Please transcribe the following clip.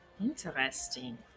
Interesting